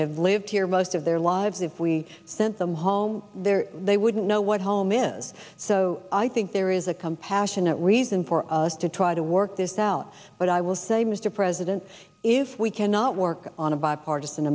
have lived here most of their lives if we sent them home there they wouldn't know what home is so i think there is a compassionate reason for us to try to work this out but i will say mr president if we cannot work on a bipartisan